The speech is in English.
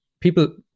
people